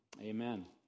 Amen